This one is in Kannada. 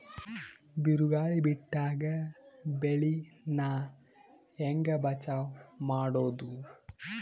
ಬಿರುಗಾಳಿ ಬಿಟ್ಟಾಗ ಬೆಳಿ ನಾ ಹೆಂಗ ಬಚಾವ್ ಮಾಡೊದು?